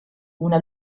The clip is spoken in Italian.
una